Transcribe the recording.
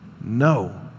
No